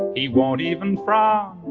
he won't even frown.